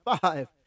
five